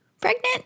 pregnant